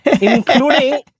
Including